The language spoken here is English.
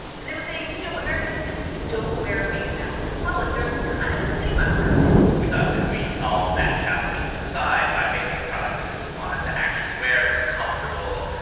and they were saying, you know, americans typically don't wear face masks in public. there's kind of a stigma around it we thought, could we solve that challenge through design by making a product that people wanted to actually wear, was comfortable,